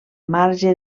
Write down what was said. marge